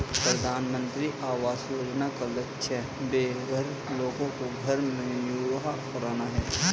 प्रधानमंत्री आवास योजना का लक्ष्य बेघर लोगों को घर मुहैया कराना है